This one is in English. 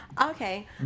Okay